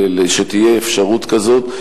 שתהיה אפשרות כזאת.